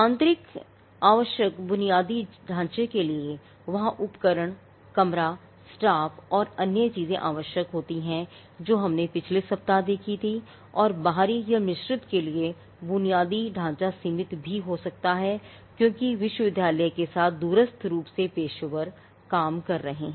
आंतरिक आवश्यक बुनियादी ढाँचे के लिए वहाँ उपकरण कमरा स्टाफ और अन्य सभी चीज़ें आवश्यक है जो हमने पिछले सप्ताह देखी थी और बाहरी या मिश्रित के लिए बुनियादी ढाँचा सीमित भी हो सकता है क्योंकि विश्वविद्यालय के साथ दूरस्थ रूप से पेशेवर काम कर रहे हैं